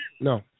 No